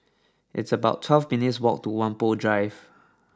it's about twelve minutes' walk to Whampoa Drive